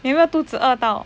你有没有肚子饿到